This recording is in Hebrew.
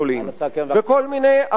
לסכם בבקשה.